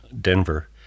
Denver